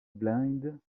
blind